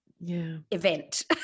event